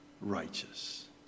righteous